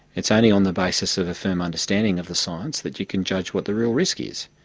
it's only on the basis of a firm understanding of the science that you can judge what the real risk is.